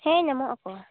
ᱦᱮᱸ ᱧᱟᱢᱚᱜ ᱟᱠᱚ